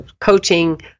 coaching